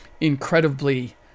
incredibly